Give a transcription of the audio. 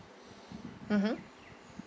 mmhmm